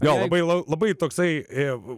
gal labai labai toksai ir